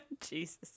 Jesus